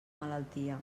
malaltia